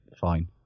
Fine